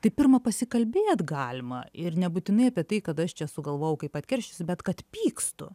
tai pirma pasikalbėt galima ir nebūtinai apie tai kad aš čia sugalvojau kaip atkeršysiu bet kad pykstu